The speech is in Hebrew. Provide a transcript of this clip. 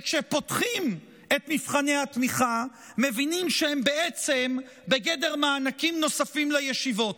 וכשפותחים את מבחני התמיכה מבינים שהם בעצם בגדר מענקים נוספים לישיבות.